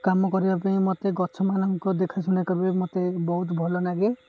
କାମ କରିବା ପାଇଁ ମୋତେ ଗଛମାନଙ୍କୁ ଦେଖାଶୁଣା କରିବା ମୋତେ ବହୁତ ଭଲ ଲାଗେ